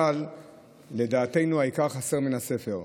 אבל לדעתנו העיקר חסר מן הספר.